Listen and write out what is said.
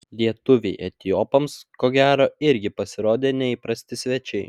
lietuviai etiopams ko gero irgi pasirodė neįprasti svečiai